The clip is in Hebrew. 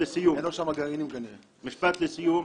היושב-ראש, משפט לסיום.